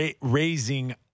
raising